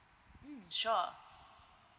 mm sure